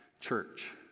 Church